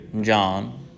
John